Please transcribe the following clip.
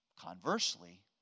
Conversely